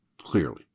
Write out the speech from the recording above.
clearly